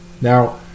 Now